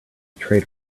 trade